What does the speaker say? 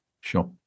sure